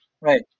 right